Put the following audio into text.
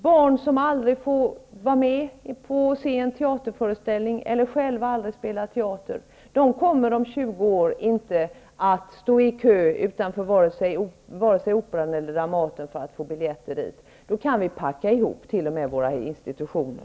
Barn som aldrig får se en teaterföreställning och som aldrig själva får spela teater kommer om 20 år inte att köa utanför vare sig Operan eller Dramaten för att få biljetter. Då kan vi så att säga packa ihop t.o.m. våra institutioner!